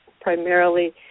primarily